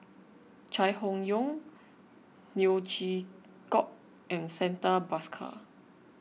Chai Hon Yoong Neo Chwee Kok and Santha Bhaskar